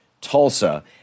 Tulsa